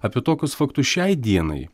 apie tokius faktus šiai dienai